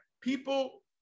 people